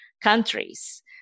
countries